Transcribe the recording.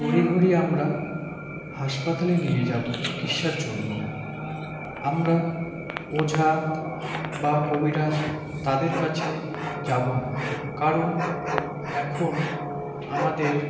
তড়িঘড়ি আমরা হাসপাতালে নিয়ে যাবো চিকিৎসার জন্য আমরা ওঝা বা কবিরাজ তাদের কাছে যাবো না কারণ এখন আমাদের